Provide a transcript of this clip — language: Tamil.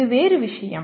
இது வேறு விஷயம்